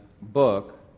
book